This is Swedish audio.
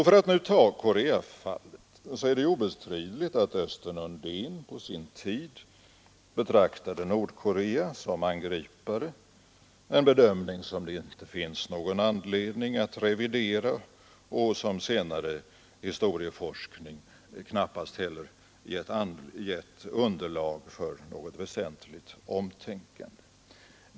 För att nu ta Koreafallet är det obestridligt att Östen Undén på sin tid betraktade Nordkorea som angripare, en bedömning som det inte finns någon anledning att revidera och där senare historieforskning knappast heller gett underlag för något väsentligt omtänkande.